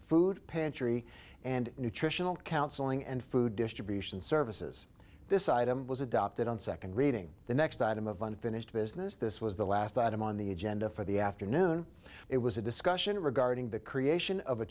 food pantry and nutritional counseling and food distribution services this item was adopted on second reading the next item of unfinished business this was the last item on the agenda for the afternoon it was a discussion regarding the creation of a